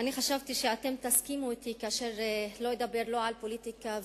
חשבתי שתסכימו אתי כאשר אדבר לא על פוליטיקה,